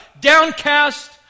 downcast